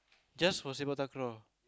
just for sepak-takraw